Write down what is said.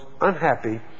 unhappy